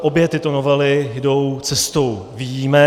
Obě tyto novely jdou cestou výjimek.